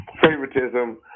favoritism